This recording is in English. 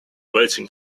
waiting